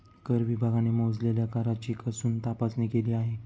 कर विभागाने मोजलेल्या कराची कसून तपासणी केली आहे